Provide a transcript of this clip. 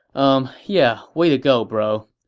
umm, yeah, way to go, bro.